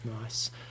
Nice